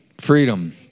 Freedom